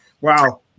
Wow